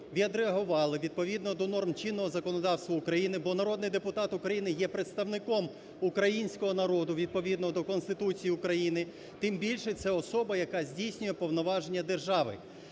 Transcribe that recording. відреагували відповідно до норм чинного законодавства України, бо народний депутат України є представником українського народу відповідно до Конституції України, Тим більше, це особа, яка здійснює повноваження держави.